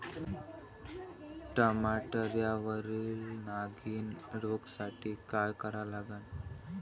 टमाट्यावरील नागीण रोगसाठी काय करा लागन?